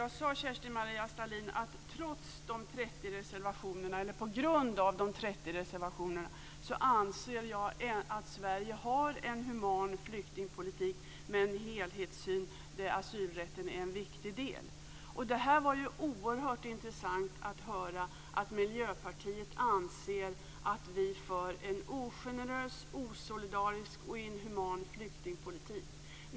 Herr talman! Jag sade att trots de 30 reservationerna, eller på grund av de 30 reservationerna, anser jag att Sverige har en human flyktingpolitik, med en helhetssyn där asylrätten är en viktig del. Det var oerhört intressant att höra att Miljöpartiet anser att vi för en ogenerös, osolidarisk och inhuman flyktingpolitik.